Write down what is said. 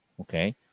Okay